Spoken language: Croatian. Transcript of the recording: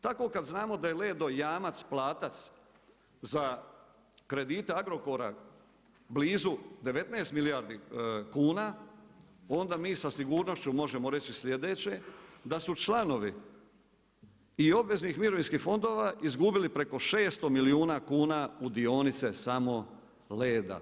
Tako kad znamo da je Lado jamac platac, za kredite Agrokora, blizu 19 milijardi kuna, onda mi sa sigurnošću možemo reći sljedeće, da su članovi i obveznih mirovinskih fondova izgubili preko 600 milijuna kuna u dionice samo Leda.